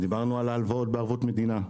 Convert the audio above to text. דיברנו על הלוואות בערבות מדינה.